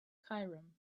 cairum